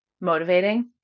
motivating